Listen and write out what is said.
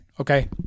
Okay